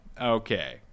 Okay